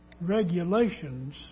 regulations